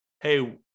Hey